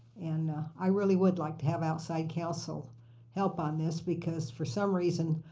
and i really would like to have outside counsel help on this. because for some reason,